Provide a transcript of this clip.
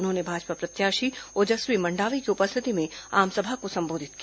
उन्होंने भाजपा प्रत्याशी ओजस्वी मंडावी की उपस्थिति में आमसभा को संबोधित किया